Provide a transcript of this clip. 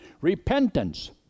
Repentance